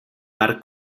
mar